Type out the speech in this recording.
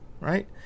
right